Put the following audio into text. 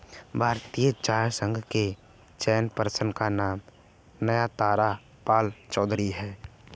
भारतीय चाय संघ के चेयर पर्सन का नाम नयनतारा पालचौधरी हैं